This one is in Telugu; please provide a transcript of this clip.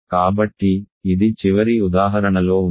కాబట్టి ఇది చివరి ఉదాహరణలో ఉంది